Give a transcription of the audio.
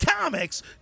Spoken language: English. Comics